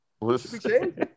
Listen